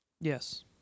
Yes